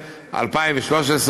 2013,